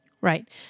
Right